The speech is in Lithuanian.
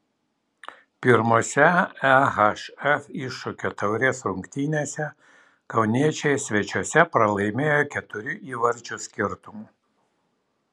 pirmose ehf iššūkio taurės rungtynėse kauniečiai svečiuose pralaimėjo keturių įvarčių skirtumu